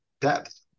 depth